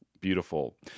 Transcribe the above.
Beautiful